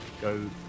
Go